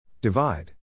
Divide